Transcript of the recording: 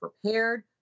prepared